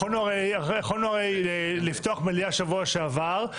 יכולנו הרי לפתוח מליאה בשבוע שעבר,